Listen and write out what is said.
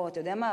או אתה יודע מה?